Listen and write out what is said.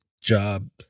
job